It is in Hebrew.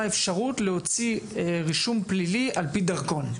אפשרות להוציא רישום פלילי על פי דרכון.